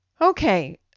Okay